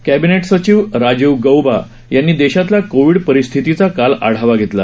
cabinet सचिव राजीव गौबा यांनी देशातल्या कोविड परिस्थितीचा काल आढावा घेतला